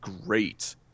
great